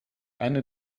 eine